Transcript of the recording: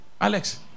Alex